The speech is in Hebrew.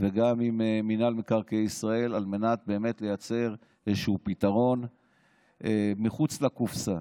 וגם עם מינהל מקרקעי ישראל על מנת לייצר איזשהו פתרון מחוץ לקופסה.